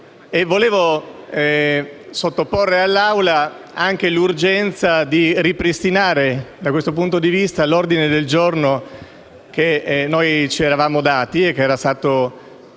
Volevo sottoporre all'Assemblea anche l'urgenza di ripristinare, da questo punto di vista, l'ordine del giorno che ci eravamo dati e che era stato